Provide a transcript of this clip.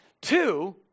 Two